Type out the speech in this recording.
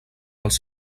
els